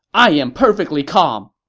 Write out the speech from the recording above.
i am perfectly calm!